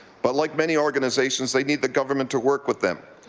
but like many organizations, they need the government to work with them.